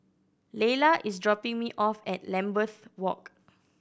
Leyla is dropping me off at Lambeth Walk